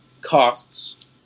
costs